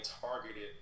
targeted